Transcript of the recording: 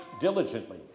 diligently